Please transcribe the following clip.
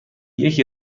یکی